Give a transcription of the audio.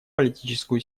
политическую